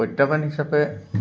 প্ৰত্যাহ্বান হিচাপে